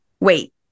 Wait